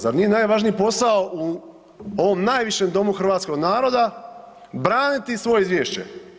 Zar nije najvažniji posao u ovom najvišem domu hrvatskog naroda, braniti svoje izvješće?